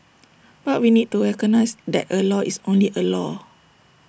but we need to recognise that A law is only A law